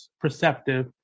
perceptive